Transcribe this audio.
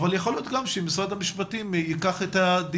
אבל יכול להיות גם שמשרד המשפטים ייקח את הדיון